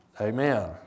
amen